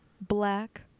black